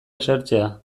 esertzea